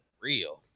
real